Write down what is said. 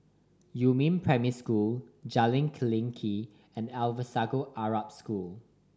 Yumin Primary School Jalan Klinik and Alsagoff Arab School